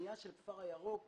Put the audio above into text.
הפנייה של הכפר הירוק,